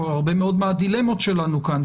שזה הרבה מאוד מהדילמות שלנו כאן.